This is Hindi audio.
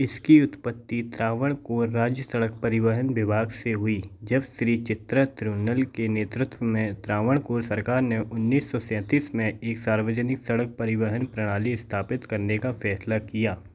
इसकी उत्पत्ति त्रावणकोर राज्य सड़क परिवहन विभाग से हुई जब श्री चित्रा थिरुन्नल के नेतृत्व में त्रावणकोर सरकार ने उन्नीस सौ सैंतीस में एक सार्वजनिक सड़क परिवहन प्रणाली स्थापित करने का फैसला किया